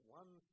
one